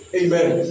amen